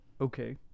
okay